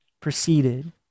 proceeded